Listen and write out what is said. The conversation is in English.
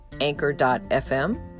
anchor.fm